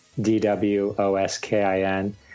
D-W-O-S-K-I-N